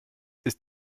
ist